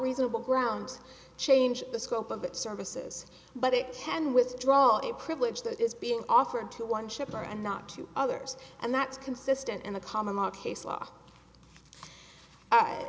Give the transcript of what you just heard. reasonable grounds change the scope of it services but it can withdraw a privilege that is being offered to one shipper and not to others and that's consistent in the common law case law i